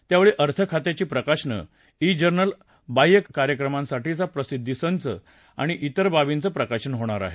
यावेळी अर्थखात्याची प्रकाशनं ई जर्नल बाह्य कार्यक्रमांसाठीचा प्रसिद्दी संच आणि त्रिर बाबींचं प्रकाशन होणार आहे